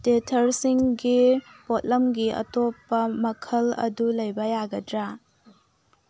ꯇꯤꯊꯔꯁꯤꯡ ꯒꯤ ꯄꯣꯠꯂꯝꯒꯤ ꯑꯇꯣꯞꯄ ꯃꯈꯜ ꯑꯗꯨ ꯂꯩꯕ ꯌꯥꯒꯗ꯭ꯔꯥ